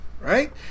right